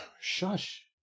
Shush